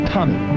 Tommy